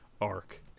arc